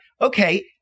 okay